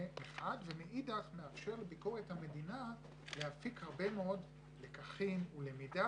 זה מחד ומאידך מאפשר לביקורת המדינה להפיק הרבה מאוד לקחים ולמידה